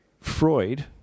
Freud